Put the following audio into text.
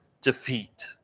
defeat